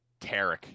Tarek